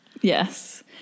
Yes